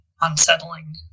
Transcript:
unsettling